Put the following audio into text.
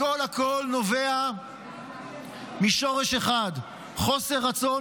הכול הכול נובע משורש אחד: חוסר רצון